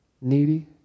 needy